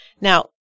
Now